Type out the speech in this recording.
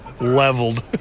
leveled